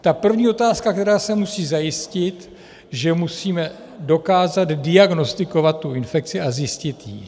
Ta první otázka, která se musí zajistit, že musíme dokázat diagnostikovat tu infekci a zjistit ji.